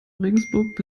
regensburg